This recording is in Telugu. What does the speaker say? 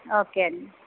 ఓకే అండి